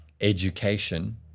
education